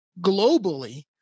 globally